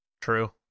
true